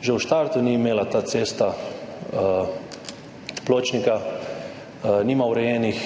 Že v štartu ta cesta ni imela pločnika, nima urejenih